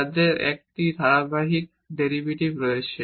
তাদের একটি ধারাবাহিক ডেরিভেটিভ রয়েছে